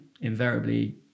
invariably